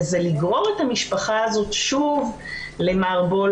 זה לגרור את המשפחה הזאת שוב למערבולת,